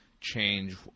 change